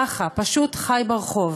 ככה, פשוט חי ברחוב.